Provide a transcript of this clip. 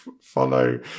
follow